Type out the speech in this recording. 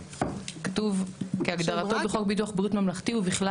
כתוב 'כהגדרתו בחוק ביטוח בריאות ממלכתי ובכלל